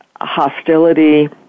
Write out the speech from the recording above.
hostility